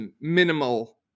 minimal